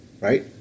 right